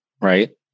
right